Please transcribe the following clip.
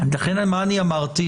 לכן מה אני אמרתי?